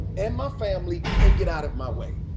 and my family, and get out of my way.